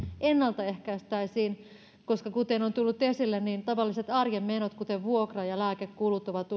ennaltaehkäistäisiin koska kuten on tullut esille tavalliset arjen menot kuten vuokra ja lääkekulut ovat